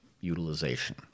utilization